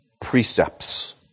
precepts